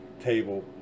table